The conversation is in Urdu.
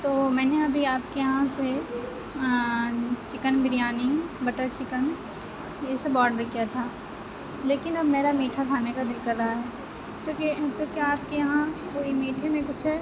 تو میں نے ابھی آپ کے یہاں سے چکن بریانی بٹر چکن یہ سب آڈر کیا تھا لیکن اب میرا میٹھا کھانے کا دِل کر رہا ہے تو کے تو کیا آپ کے یہاں کوئی میٹھے میں کچھ ہے